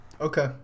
okay